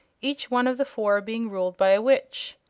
each one of the four being ruled by a witch.